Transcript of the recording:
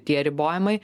tie ribojimai